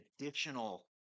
additional